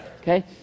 Okay